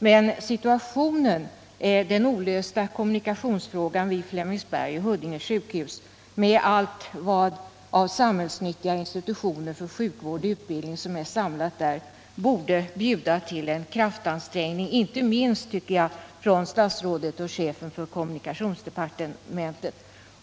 Men situationen — den olösta kommunikationsfrågan vid Flemingsberg och Huddinge sjukhus, med alla samhällsnyttiga institutioner för sjukvård och utbildning som är samlade där — borde föranleda en kraftansträngning, inte minst, tycker jag, från statsrådet och chefen för kommunikationsdepartementet.